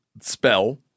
spell